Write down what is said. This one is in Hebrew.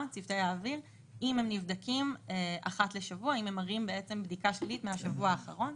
אם הם נבדקים אחת לשבוע אם הם מראים בדיקה שלילית מהשבוע האחרון.